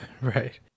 Right